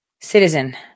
citizen